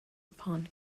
upon